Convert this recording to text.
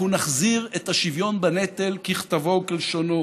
אנחנו נחזיר את השוויון בנטל ככתבו וכלשונו